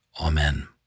Amen